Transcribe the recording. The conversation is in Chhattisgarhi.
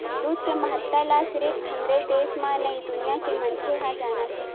दूद के महत्ता ल सिरिफ हमरे देस म नइ दुनिया के मनखे ह जानत हे